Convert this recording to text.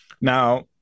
Now